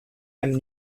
and